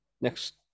next